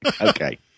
Okay